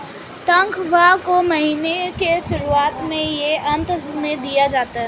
तन्ख्वाह को महीने के शुरुआत में या अन्त में दिया जा सकता है